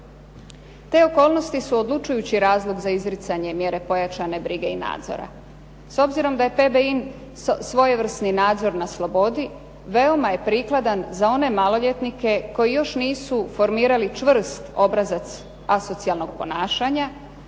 Te okolnosti su odlučujući razlog za izricanje mjere pojačane brige i nadzora. S obzirom da je … /Govornica se ne razumije. svojevrsni nadzor na slobodi, veoma je prikladan za one maloljetnike koji još nisu formirali čvrst obrazac asocijalnog ponašanja,